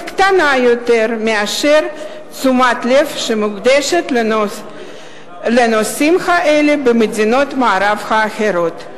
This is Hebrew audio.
קטנה יותר מתשומת הלב שמוקדשת לנושאים האלה במדינות המערב האחרות.